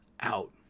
out